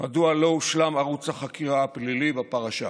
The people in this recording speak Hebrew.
מדוע לא הושלם ערוץ החקירה הפלילי בפרשה,